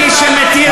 מי שמתיר דם,